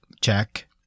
check